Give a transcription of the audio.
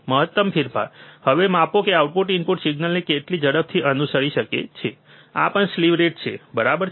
મહત્તમ ફેરફાર હવે માપો કે આઉટપુટ ઇનપુટ સિગ્નલને કેટલી ઝડપથી અનુસરી શકે છે આ પણ સ્લીવ રેટ છે બરાબર